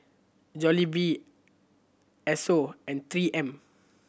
Jollibee Esso and Three M